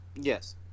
Yes